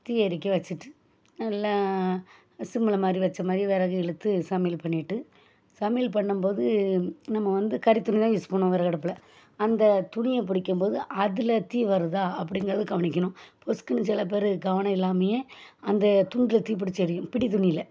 தீ எரிக்க வச்சுட்டு நல்லா சிம்மில் மாதிரி வைச்ச மாதிரி விறகு இழுத்து சமையல் பண்ணிட்டு சமையல் பண்ணும் போது நம்ம வந்து கரித்துணி தான் யூஸ் பண்ணுவோம் விறகு அடுப்பில் அந்த துணியை பிடிக்கும் போது அதில் தீ வருதா அப்படிங்கிறது கவனிக்கணும் பொசுக்குனு சில பேர் கவனம் இல்லாமயே அந்த துண்டில் தீ பிடிச்சி எரியும் பிடித்துணியில்